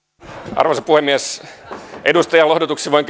arvoisa puhemies edustajan lohdutukseksi voin